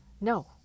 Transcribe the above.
No